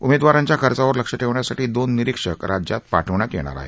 उमेदवारांच्या खर्चावर लक्ष ठेवण्यासाठी दोन निरीक्षक राज्यात पाठवण्यात येणार आहे